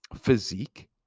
physique